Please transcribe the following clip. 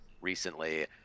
recently